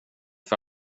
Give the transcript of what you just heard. för